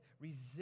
resist